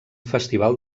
festival